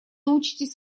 учитесь